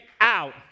out